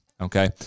Okay